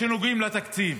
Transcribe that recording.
-- שנוגעים לתקציב.